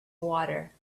water